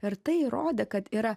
ir tai įrodė kad yra